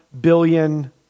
billion